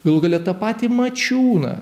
galų gale tą patį mačiūną